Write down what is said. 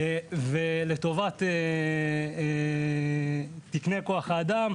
ולטובת תקני כוח האדם,